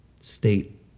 state